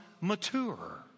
mature